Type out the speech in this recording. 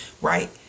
Right